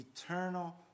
eternal